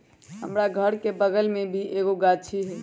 हमरा घर के बगल मे भी एगो गाछी हई